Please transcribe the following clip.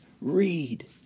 read